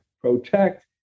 protect